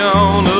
on